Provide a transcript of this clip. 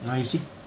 nah you see